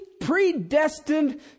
predestined